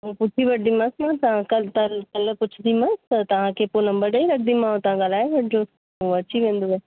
पुछी वठदीमास मां तव्हां कल्ह त कल्ह पुछादीमास त तव्हांखे पोइ नंबर ॾई रखदीमाव तव्हां ॻाल्हाए वठिजो हू अची वेंदव